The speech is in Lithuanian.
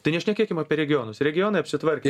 tai nešnekėkim apie regionus regionai apsitvarkė